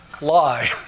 lie